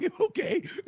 Okay